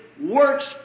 works